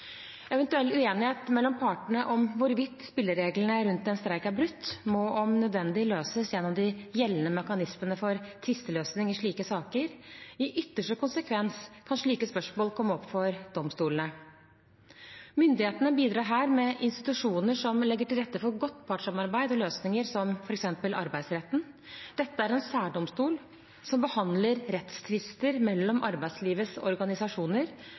eventuell uenighet mellom partene om hvorvidt spillereglene rundt en streik er brutt, må om nødvendig løses gjennom de gjeldende mekanismene for tvisteløsning i slike saker. I ytterste konsekvens kan slike spørsmål komme opp for domstolene. Myndighetene bidrar her med institusjoner som legger til rette for godt partssamarbeid og løsninger, som f.eks. Arbeidsretten. Dette er en særdomstol som behandler rettstvister mellom arbeidslivets organisasjoner